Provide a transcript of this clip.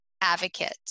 advocate